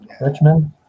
richmond